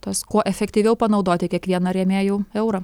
tuos kuo efektyviau panaudoti kiekvieną rėmėjų eurą